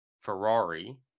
Ferrari